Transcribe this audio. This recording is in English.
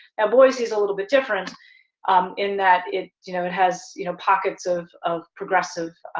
and boise's a little bit different in that it you know it has you know pockets of of progressive.